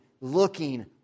looking